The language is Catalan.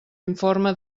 informe